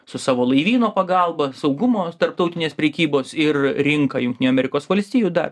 su savo laivyno pagalba saugumo tarptautinės prekybos ir rinką jungtinių amerikos valstijų dar